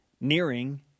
nearing